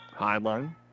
Highline